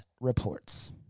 reports